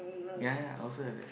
ya ya I also have